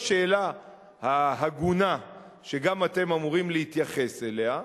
השאלה ההגונה שגם אתם אמורים להתייחס אליה,